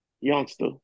youngster